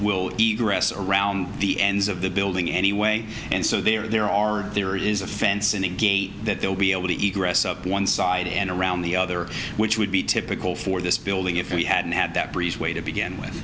be around the ends of the building anyway and so they are there are there is a fence and again that they'll be able to eat grass up one side and around the other which would be typical for this building if we hadn't had that breezeway to begin with